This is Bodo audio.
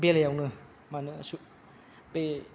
बेलायावनो मानो बे